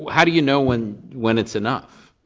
how do you know when when it's enough?